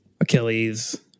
Achilles